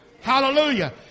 Hallelujah